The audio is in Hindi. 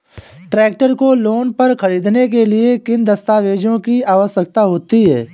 ट्रैक्टर को लोंन पर खरीदने के लिए किन दस्तावेज़ों की आवश्यकता होती है?